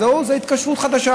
זו התקשרות חדשה,